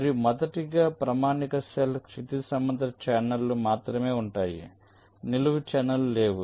మరియు మొదటిగా ప్రామాణిక సెల్ క్షితిజ సమాంతర ఛానెల్లు మాత్రమే ఉంటాయి నిలువు ఛానెల్లు లేవు